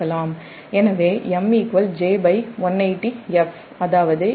எனவே Mj180f அதாவது MJ secelect degree